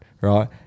right